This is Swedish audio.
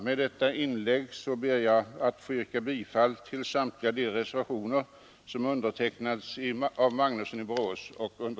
Med detta inlägg ber jag att få yrka bifall till samtliga de reservationer som undertecknats av herr Magnusson i Borås och mig.